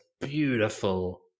beautiful